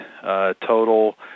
total